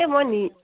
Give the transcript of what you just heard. এই মই নি